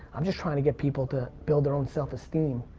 i'm just trying to get people to build their own self esteem.